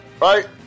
right